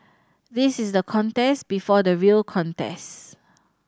this is the contest before the real contest